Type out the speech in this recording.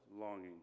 longing